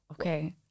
Okay